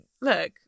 look